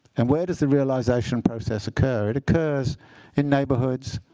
and where does the realization process occur? it occurs in neighborhoods.